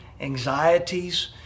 anxieties